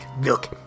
Look